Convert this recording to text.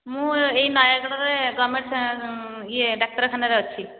ମୁଁ ଏଇ ନୟାଗଡ଼ରେ ଗଭର୍ଣ୍ଣମେଣ୍ଟ୍ ଇଏ ଡାକ୍ତରଖାନାରେ ଅଛି